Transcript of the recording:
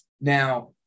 Now